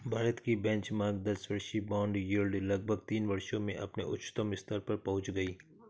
भारत की बेंचमार्क दस वर्षीय बॉन्ड यील्ड लगभग तीन वर्षों में अपने उच्चतम स्तर पर पहुंच गई